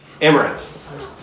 Amaranth